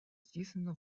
здійснено